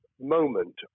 moment